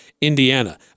Indiana